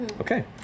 Okay